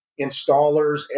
installers